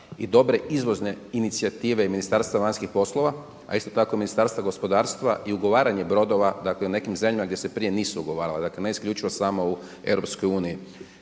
i dobre izvozne inicijative i Ministarstva vanjskih poslova, a isto tako i Ministarstva gospodarstva i ugovaranje brodova dakle u nekim zemljama gdje se prije nisu ugovarala dakle ne isključivo samo u EU.